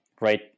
right